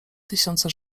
tysiące